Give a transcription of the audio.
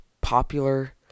popular